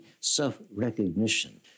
self-recognition